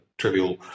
trivial